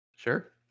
Sure